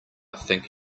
think